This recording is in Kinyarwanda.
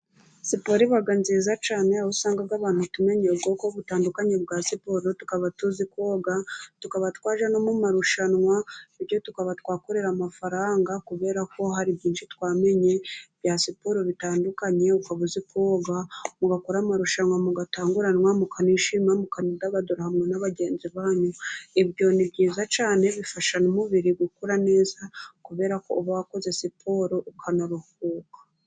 Siporo iba nziza cyane. Aho usanga abantu tumenya ubwoko butandukanye bwa siporo. Tukaba tuzi koga, tukaba twajya no mu marushanwa. Bityo tukaba twakorera amafaranga, kubera ko hari byinshi twamenye bya siporo bitandukanye. Ukaba uzi koga, ugakora amarushanwa, mugatanguranwa, mukanishima, mukanidagadura, hamwe na bagenzi banyu. Ibyo ni byiza cyane, bifasha umubiri gukora neza, kubera ko uba wakoze siporo ukanaruhuka.